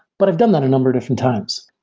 but i've done that a number of different times.